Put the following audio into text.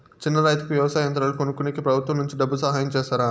చిన్న రైతుకు వ్యవసాయ యంత్రాలు కొనుక్కునేకి ప్రభుత్వం నుంచి డబ్బు సహాయం చేస్తారా?